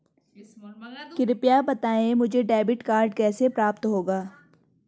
कृपया बताएँ मुझे डेबिट कार्ड कैसे प्राप्त होगा?